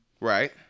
Right